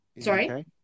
Sorry